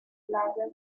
playas